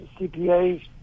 CPAs